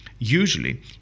Usually